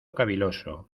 caviloso